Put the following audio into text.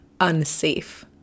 unsafe